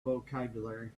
vocabulary